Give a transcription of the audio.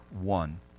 one